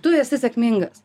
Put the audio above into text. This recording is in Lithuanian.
tu esi sėkmingas